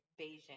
Beijing